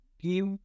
give